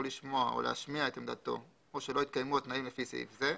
לשמוע או להשמיע את עמדתו או שלא התקיימו התנאים לפי סעיף זה,